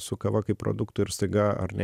su kava kaip produktu ir staiga ar ne